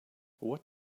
what